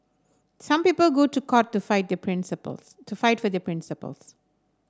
some people go to court to fight for their principles